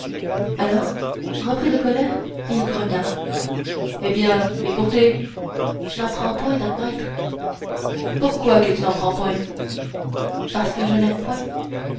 alors repris de colère il grogna eh bien et pour té j'n'en prends point not maître pourquoi que tu n'en prends point parce que je l'aime point